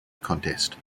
contest